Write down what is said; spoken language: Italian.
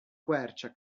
quercia